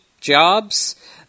jobs